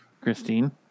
Christine